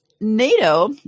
NATO